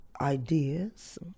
ideas